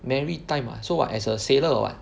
maritime ah so what as a sailor or what